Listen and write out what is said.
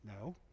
No